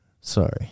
Sorry